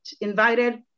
invited